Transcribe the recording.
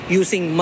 using